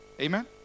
Amen